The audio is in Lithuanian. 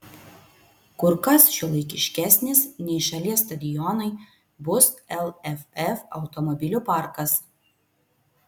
kur kas šiuolaikiškesnis nei šalies stadionai bus lff automobilių parkas